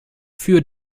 für